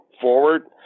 forward